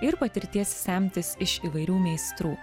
ir patirties semtis iš įvairių meistrų